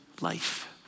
life